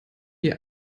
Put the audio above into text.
die